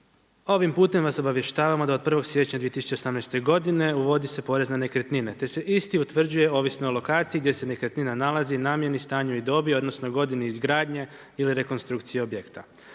„Ovim putem vas obavještavamo da od 1. siječnja 2018. godine uvodi se porez na nekretnine, te se isti utvrđuje ovisno o lokaciji, gdje se nekretnina nalazi, namjeni stanju i dobi, odnosno godini izgradnje ili rekonstrukciji objekta.